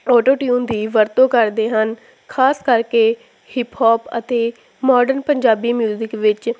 auto tune ਦੀ ਵਰਤੋਂ ਕਰਦੇ ਹਨ ਖ਼ਾਸ ਕਰਕੇ ਹਿਪ ਹੋਪ ਅਤੇ ਮਾਡਰਨ ਪੰਜਾਬੀ ਮਿਊਜਿਕ ਵਿੱਚ